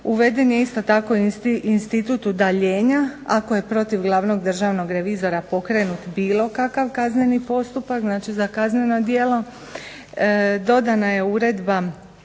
Uveden je isto tako institut udaljenja ako je protiv glavnog državnog revizora pokrenut bilo kakav kazneni postupak, znači za kazneno djelo. Dodana je uredba